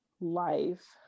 life